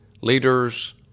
leaders